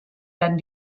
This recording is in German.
werden